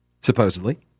Supposedly